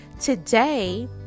Today